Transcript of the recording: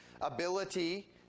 ability